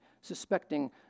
suspecting